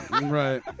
Right